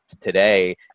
today